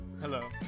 Hello